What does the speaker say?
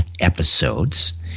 episodes